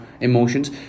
emotions